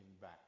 back